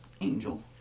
Angel